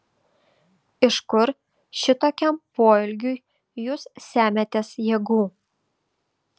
iš kur šitokiam poelgiui jūs semiatės jėgų